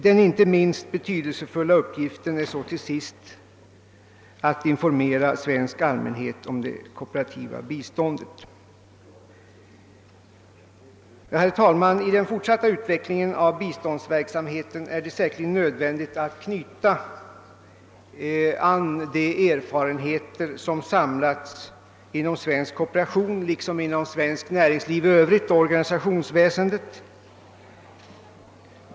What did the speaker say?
Den inte minst betydelsefulla uppgiften är till sist att informera svensk allmänhet om det kooperativa biståndet. I den fortsatta utvecklingen av biståndsverksamheten är det säkerligen nödvändigt att knyta an till de erfarenheter som samlats inom svenskt näringsliv i övrigt och inom organisationsväsendet.